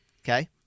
Okay